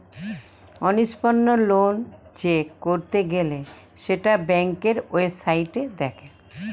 অনিষ্পন্ন loan check করতে গেলে সেটা ব্যাংকের ওয়েবসাইটে দেখে